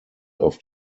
auf